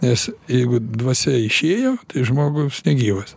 nes jeigu dvasia išėjo tai žmogus negyvas